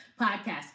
podcast